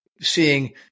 seeing